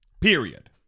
Period